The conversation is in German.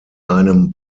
einem